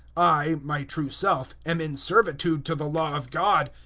i my true self am in servitude to the law of god,